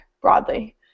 broadly